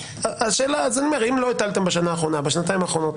אבל אם לא הטלתם בשנה-שנתיים האחרונות,